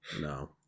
No